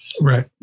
Right